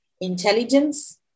intelligence